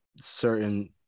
certain